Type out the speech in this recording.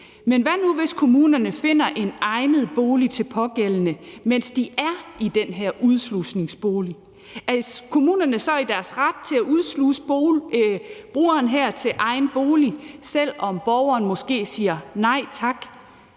Men hvad nu, hvis kommunerne finder en egnet bolig til de pågældende, mens de er i den her udslusningsbolig? Er kommunerne så i deres ret til at udsluse brugeren her til egen bolig, selv om borgeren måske siger nej tak?